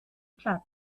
platz